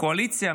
הקואליציה,